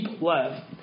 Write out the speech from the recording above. love